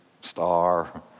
star